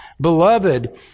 Beloved